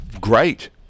Great